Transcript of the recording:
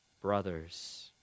brothers